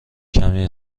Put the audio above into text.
کمی